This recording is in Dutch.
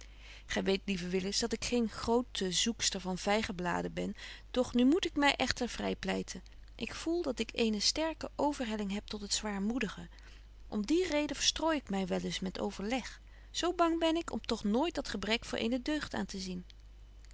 gy weet lieve willis dat ik geen grote zoekster van vygenbladen ben doch nu moet ik my echter vrypleiten ik voel dat ik eene sterke overhelling heb tot het zwaarmoedige om die betje wolff en aagje deken historie van mejuffrouw sara burgerhart reden verstrooi ik my wel eens met overleg zo bang ben ik om toch nooit dat gebrek voor eene deugd aan te zien